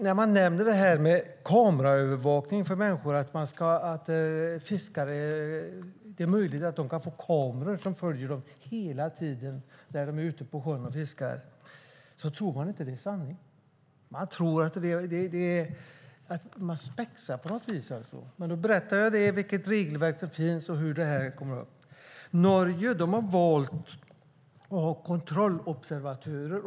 När man nämner kameraövervakning för människor, att det är möjligt att fiskare kan få kameror som följer dem hela tiden när de är ute på sjön och fiskar, tror de inte att det är sanning. De tror att man spexar på något vis. Men då berättar jag vilket regelverk som finns och hur frågan tas upp. Norge har valt att ha kontrollobservatörer.